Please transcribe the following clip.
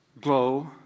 glow